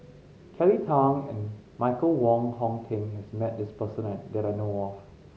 Kelly Tang and Michael Wong Hong Teng has met this person that I know of